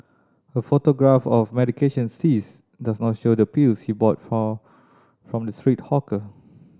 a photograph of medication seized does not show the pills he bought from from the street hawker